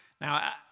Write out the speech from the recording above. Now